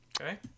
Okay